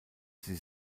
sie